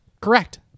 Correct